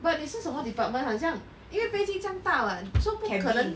but 你是什么 department 很像因为飞机将大 [what] so 不可能